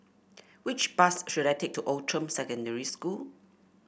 which bus should I take to Outram Secondary School